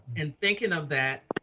and thinking of that,